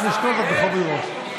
אנחנו נשקול זאת בכובד ראש.